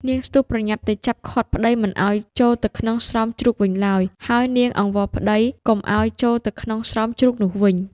នាងស្ទុះប្រញាប់ ទៅចាប់ឃាត់ប្ដីមិនឱ្យចូលទៅក្នុងស្រោមជ្រូកវិញឡើយ ហើយនាងអង្វរប្ដីកុំឱ្យចូលទៅក្នុងស្រោមជ្រូកនោះវិញ។